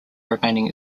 remaining